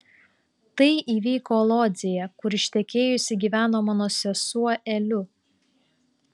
tai įvyko lodzėje kur ištekėjusi gyveno mano sesuo eliu